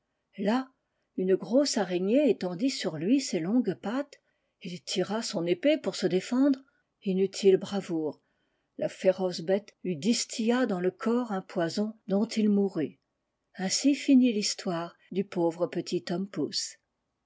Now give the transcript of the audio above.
là une grosse araignée étendit sur lui ses longues pattes il tira son épée pour se défendre inutile bravoure la féroce bête lui distilla dans le corps un poison dont il mourut ainsi finit l'histoire du pauvre petit tom pouce